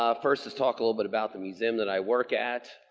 um first, let's talk a little bit about the museum that i work at.